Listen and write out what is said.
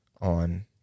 on